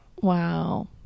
Wow